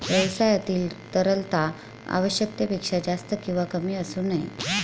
व्यवसायातील तरलता आवश्यकतेपेक्षा जास्त किंवा कमी असू नये